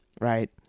right